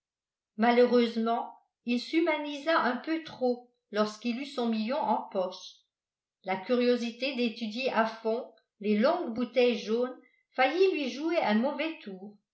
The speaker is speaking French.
malheureusement il s'humanisa un peu trop lorsqu'il eut son million en poche la curiosité d'étudier à fond les longues bouteilles jaunes faillit lui jouer un mauvais tour